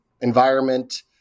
environment